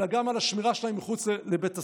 אלא גם על השמירה שלהם מחוץ לבית הסוהר.